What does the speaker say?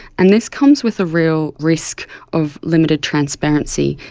and this comes with a real risk of limited transparency,